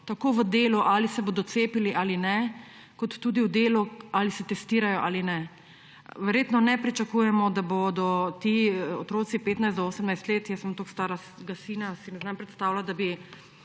Tako v delu, ali se bodo cepili ali ne, kot tudi v delu, ali se testirajo ali ne. Verjetno ne pričakujemo, da bodo ti otroci, stari od 15 do 18 let – jaz imam toliko starega sina, ne znam si predstavljati, da bi